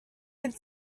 had